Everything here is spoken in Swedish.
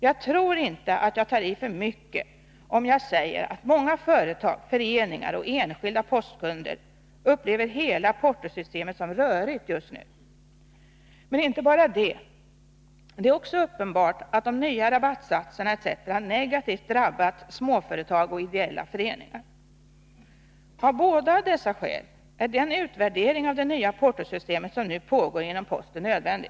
Jag tror inte att jag tar i för mycket om jag säger att många företag, föreningar och enskilda postkunder upplever hela portosystemet som rörigt just nu. Men det är inte bara detta. Det är också uppenbart att de nya rabattsatserna o. d. drabbat småföretag och ideella föreningar negativt. Av båda dessa skäl är den utvärdering som nu pågår inom posten av det nya portosystemet nödvändig.